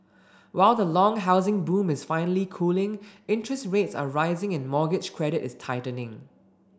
while the long housing boom is finally cooling interest rates are rising and mortgage credit is tightening